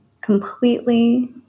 completely